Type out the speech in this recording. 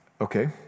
Okay